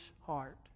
heart